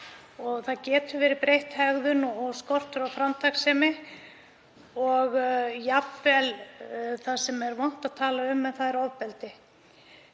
Það getur verið breytt hegðun, skortur á framtakssemi og jafnvel það sem er vont að tala um en það er ofbeldi.